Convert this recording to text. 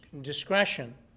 discretion